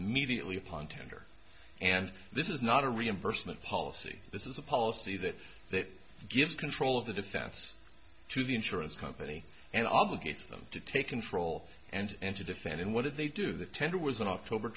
immediately upon tender and this is not a reimbursement policy this is a policy that that gives control of the defense to the insurance company and obligates them to take control and to defend in what they do the tender was an